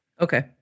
Okay